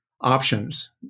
options